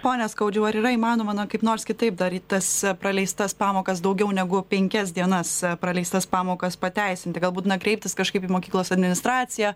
pone skaudžiau ar yra įmanoma na kaip nors kitaip dar į tas praleistas pamokas daugiau negu penkias dienas praleistas pamokas pateisinti galbūt na kreiptis kažkaip į mokyklos administraciją